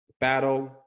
battle